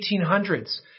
1800s